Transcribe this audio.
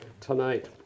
tonight